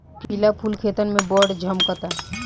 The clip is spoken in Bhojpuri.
पिला फूल खेतन में बड़ झम्कता